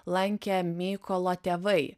lankė mykolo tėvai